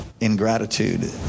Ingratitude